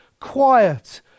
quiet